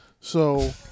So-